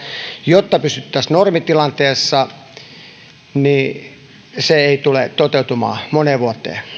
jotta pysyttäisiin normitilanteessa ja se ei tule toteutumaan moneen vuoteen